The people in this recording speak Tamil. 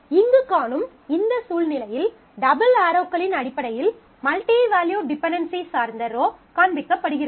இங்கு காணும் இந்த சூழ்நிலையில் டபுள் ஆரோக்களின் அடிப்படையில் மல்டிவேல்யூட் டிபென்டென்சி சார்ந்த ரோ காண்பிக்கப்படுகிறது